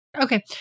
Okay